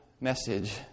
message